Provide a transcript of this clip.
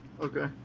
Okay